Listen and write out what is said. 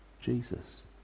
Jesus